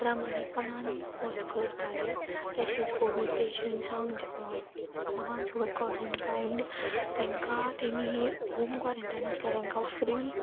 प्रामाणीकपणान follow करताले तशेंच covid पेशंट्सांक ओर देवान सोब क्वॉरन्टायन्ड तेंकां तेमी ही होम क्वॉरंटायन आसता तेंका फ्री